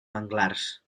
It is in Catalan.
manglars